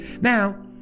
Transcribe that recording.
Now